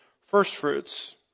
firstfruits